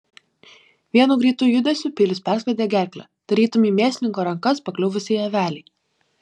vienu greitu judesiu peilis perskrodė gerklę tarytum į mėsininko rankas pakliuvusiai avelei